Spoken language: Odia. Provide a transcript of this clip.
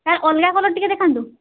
ୟାର ଅଲଗା କଲର ଟିକିଏ ଦେଖାନ୍ତୁ